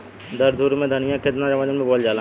दस धुर खेत में धनिया के केतना वजन मे बोवल जाला?